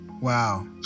Wow